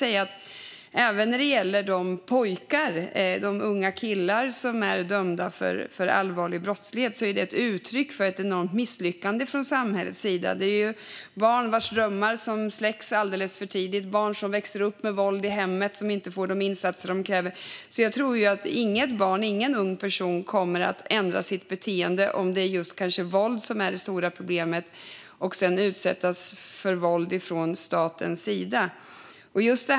Även de pojkar, de unga killar, som är dömda för allvarlig brottslighet är ett uttryck för ett enormt misslyckande från samhällets sida. Det är barn vars drömmar släcks alldeles för tidigt, barn som växer upp med våld i hemmet och som inte får de insatser som krävs. Jag tror inte att något barn eller någon ung person kommer att ändra sitt beteende, om det är kanske just våld som är det stora problemet, om de sedan utsätts för våld från statens sida.